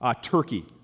Turkey